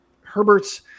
Herberts